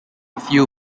few